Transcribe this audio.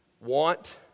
want